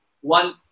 one